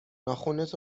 ناخنت